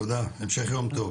תודה, המשך יום טוב.